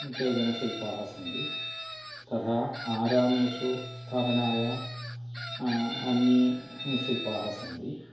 केचनशिल्पाः सन्ति तथा आरामेषु स्थापनाय अन्ये शिल्पाः सन्ति